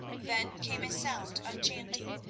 then came a sound of chanting,